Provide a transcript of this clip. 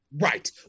Right